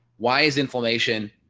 why is inflammation.